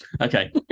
Okay